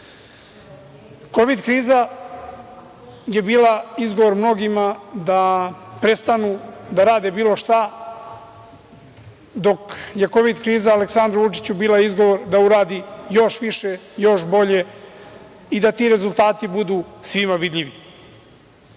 kriza je bila izgovor mnogima da prestanu da rade bilo šta, dok je kovid kriza Aleksandru Vučiću bila izgovor da uradi još više, još bolje i da ti rezultati budu svima vidljivi. Ono